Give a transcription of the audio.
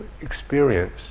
experience